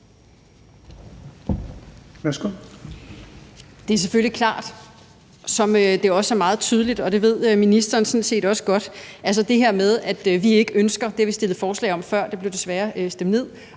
Det er selvfølgelig klart, som det også er meget tydeligt, og det ved ministeren sådan set også godt – det har vi stillet forslag om før; det blev desværre stemt ned